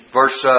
verse